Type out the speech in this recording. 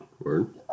Word